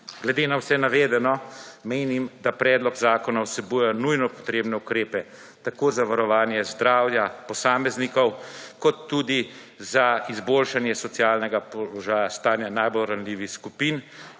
Glede na vse navedeno menim, da predlog zakona vsebuje nujno potrebne ukrepe tako za varovanje zdravja posameznikov kot tudi za izboljšanje socialnega položaja stanja najbolj ranljivih skupin